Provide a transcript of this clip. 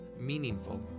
meaningful